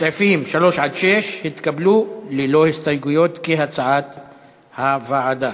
הסעיפים 3 6 התקבלו ללא הסתייגויות, כהצעת הוועדה.